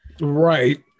right